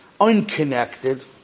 unconnected